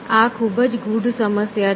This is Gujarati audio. આ ખૂબ જ ગૂઢ સમસ્યા છે